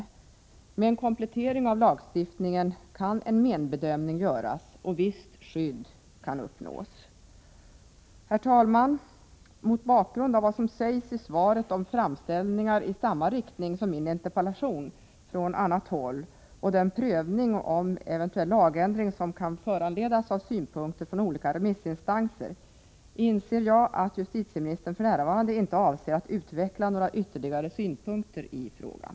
Med en komplettering av lagstiftningen kan en men-bedömning göras och visst skydd uppnås. Herr talman! Mot bakgrund av vad som sägs i svaret om framställningar i samma riktning som min interpellation från annat håll och den prövning om eventuell lagändring som kan föranledas av synpunkter från olika remissinstanser, inser jag att justitieministern för närvarande inte avser att utveckla några ytterligare synpunkter i frågan.